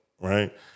right